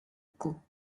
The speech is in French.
caux